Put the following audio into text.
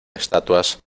estatuas